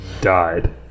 died